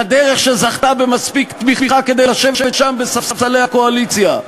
לדרך שזכתה במספיק תמיכה כדי לשבת שם בספסלי הקואליציה.